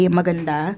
maganda